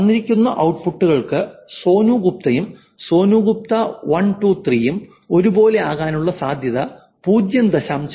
തന്നിരിക്കുന്ന ഔട്ട്പുട്ടുകൾക്ക് സോനു ഗുപ്തയും സോനു ഗുപ്ത123 യും ഒരേപോലെയാകാനുള്ള സാധ്യത 0